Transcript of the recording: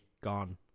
gone